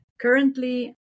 currently